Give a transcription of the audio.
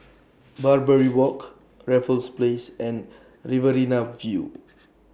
Barbary Walk Raffles Place and Riverina View